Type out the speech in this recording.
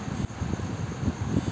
खतवा के खोले खातिर पेन कार्ड जरूरी बा?